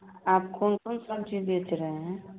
आप कोन कोन सब्जी बेच रहे हैं